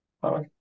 Bye-bye